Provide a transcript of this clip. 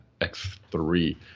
X3